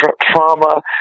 trauma